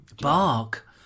Bark